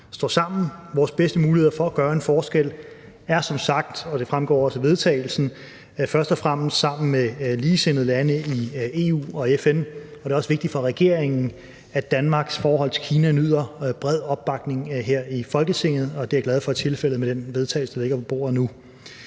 et samarbejde. Vores bedste muligheder for at gøre en forskel er som sagt, og det fremgår også af forslaget til vedtagelse, først og fremmest gennem samarbejdet med ligesindede lande i EU og FN. Det er også vigtigt for regeringen, at Danmarks forhold til Kina nyder bred opbakning her i Folketinget, og det er jeg glad for er tilfældet med det forslag til vedtagelse, der ligger på bordet nu.